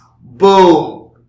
boom